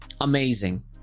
Amazing